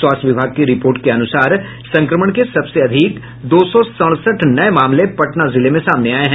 स्वास्थ्य विभाग की रिपोर्ट के अनुसार संक्रमण के सबसे अधिक दो सौ सड़सठ नये मामले पटना जिले में सामने आये हैं